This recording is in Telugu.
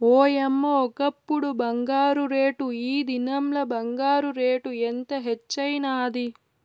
ఓయమ్మ, ఒకప్పుడు బంగారు రేటు, ఈ దినంల బంగారు రేటు ఎంత హెచ్చైనాది